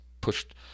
pushed